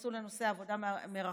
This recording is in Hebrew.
שיתייחסו לנושא העבודה מרחוק,